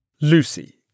Lucy